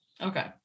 Okay